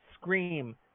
scream